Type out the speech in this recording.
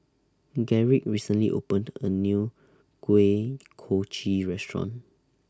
Gerrit recently opened A New Kuih Kochi Restaurant